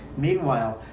meanwhile,